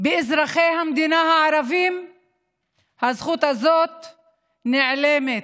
באזרחי המדינה הערבים הזכות הזאת נעלמת.